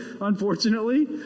unfortunately